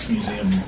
Museum